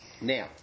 Now